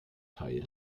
teil